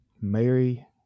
Mary